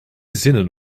zinnen